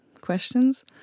questions